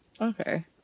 Okay